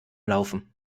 laufen